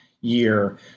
year